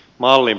malli